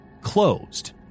closed